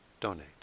donate